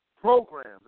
programs